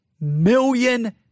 million